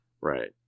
Right